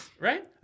Right